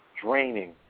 draining